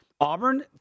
Auburn